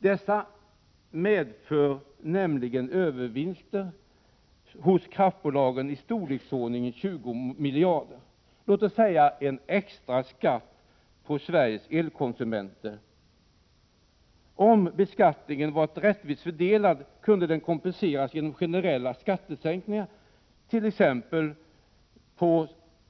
Dessa medför nämligen övervinster hos kraftbolagen i 10 december 1987 storleksordningen 20 miljarder. Låt oss säga att det är en extra skatt för mod Sveriges elkonsumenter. Om beskattningen varit rättvist fördelad kunde den ha kompenserats genom generella skattesänkningar på t.ex.